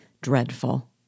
dreadful